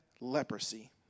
leprosy